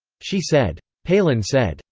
she said. palin said,